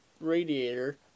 radiator